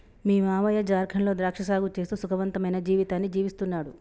మీ మావయ్య జార్ఖండ్ లో ద్రాక్ష సాగు చేస్తూ సుఖవంతమైన జీవితాన్ని జీవిస్తున్నాడు